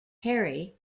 harry